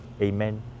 Amen